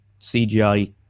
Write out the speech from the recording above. CGI